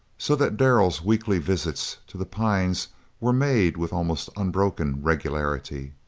so that darrell's weekly visits to the pines were made with almost unbroken regularity,